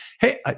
Hey